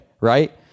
right